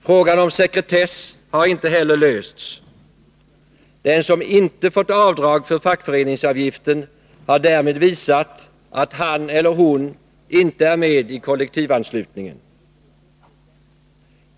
Frågan om sekretess har inte heller lösts. Den som inte fått avdrag för fackföreningsavgiften har därmed visat att han eller hon inte är med i den fackliga anslutningen.